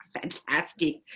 Fantastic